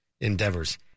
endeavors